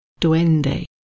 duende